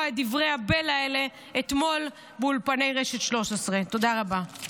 את דברי הבלע האלה אתמול באולפני רשת 13. תודה רבה.